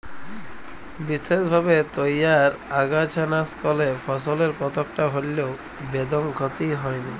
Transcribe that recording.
বিসেসভাবে তইয়ার আগাছানাসকলে ফসলের কতকটা হল্যেও বেদম ক্ষতি হয় নাই